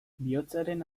bihotzaren